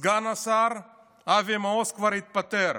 סגן השר אבי מעוז כבר התפטר,